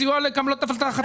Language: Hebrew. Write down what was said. סיוע למקבלות הבטחת הכנסה,